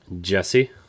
Jesse